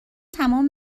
تمام